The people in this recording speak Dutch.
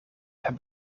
heb